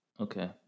Okay